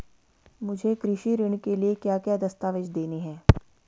मुझे कृषि ऋण के लिए क्या क्या दस्तावेज़ देने हैं?